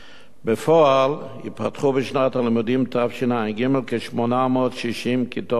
בפועל ייפתחו בשנת הלימודים תשע"ג כ-860 כיתות גן,